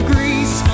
Greece